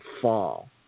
fall